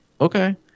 okay